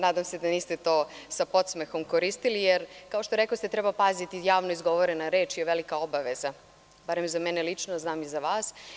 Nadam se da niste to sa podsmehom koristili jer, kao što rekoste, treba paziti, javno izgovorena reč je velika obaveza, barem za mene lično, a znam i za vas.